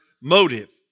motive